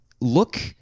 look –